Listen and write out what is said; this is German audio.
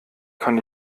kann